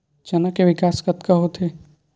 चना के किसम कतका होथे?